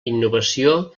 innovació